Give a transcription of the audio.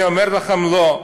אני אומר לכם, לא.